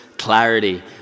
clarity